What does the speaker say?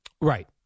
Right